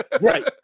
Right